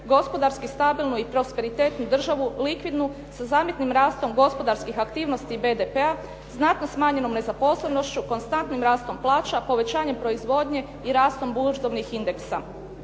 gospodarski stabilnu i prosperitetnu državu, likvidnu sa zamjetnim rastom gospodarskih aktivnosti i BDP-a, znatno smanjenom nezaposlenošću, konstantnim rastom plaća, povećanjem proizvodnje i rastom burzovnih indeksa.